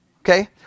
okay